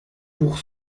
pour